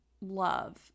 love